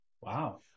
Wow